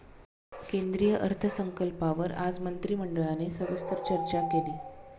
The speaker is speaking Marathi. केंद्रीय अर्थसंकल्पावर आज मंत्रिमंडळाने सविस्तर चर्चा केली